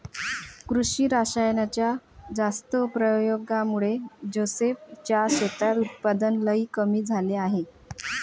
कृषी रासायनाच्या जास्त प्रयोगामुळे जोसेफ च्या शेतात उत्पादन लई कमी झाले आहे